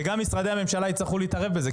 וגם משרדי הממשלה יצטרכו להתערב בזה,